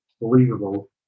believable